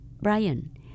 Brian